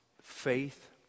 faith